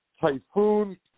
Typhoon